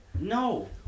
No